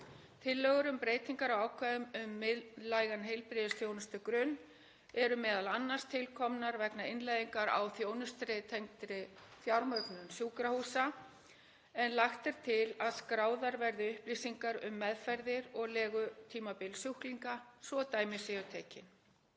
Tillögur um breytingar á ákvæðum um miðlægan heilbrigðisþjónustugrunn eru m.a. til komnar vegna innleiðingar á þjónustu tengdri fjármögnun sjúkrahúsa en lagt er til að skráðar verði upplýsingar um meðferðir og legutímabil sjúklinga, svo dæmi séu tekin.